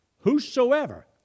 whosoever